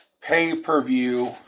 pay-per-view